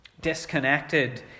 Disconnected